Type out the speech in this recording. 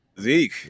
Zeke